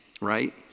right